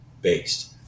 based